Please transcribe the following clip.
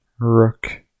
Rook